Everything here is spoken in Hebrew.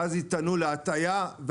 ואז יטענו להטיה,